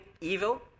evil